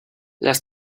les